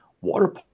water